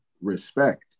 respect